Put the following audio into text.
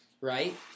right